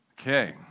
Okay